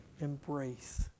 Embrace